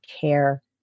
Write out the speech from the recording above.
care